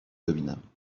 ببینم